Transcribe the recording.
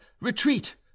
Retreat